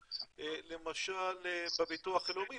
למשל בביטוח הלאומי,